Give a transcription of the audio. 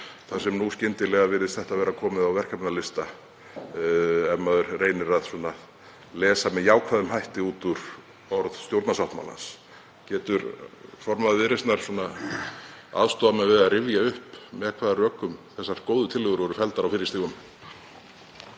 virðist nú skyndilega vera komið á verkefnalista, ef maður reynir að lesa með jákvæðum hætti út úr orðum stjórnarsáttmálans? Getur formaður Viðreisnar aðstoðað mig við að rifja upp með hvaða rökum þessar góðu tillögur voru felldar á fyrri stigum?